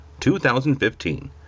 2015